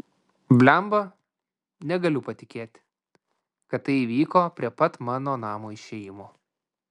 blemba negaliu patikėti kad tai įvyko prie pat namo išėjimo